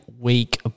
week